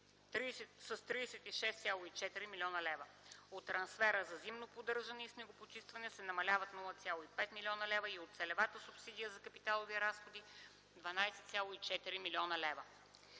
36,4 млн. лв.; от трансфера за зимно поддържане и снегопочистването се намаляват 0,5 млн. лв. и от целевата субсидия за капиталови разходи 12,4 млн. лв.